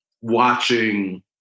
watching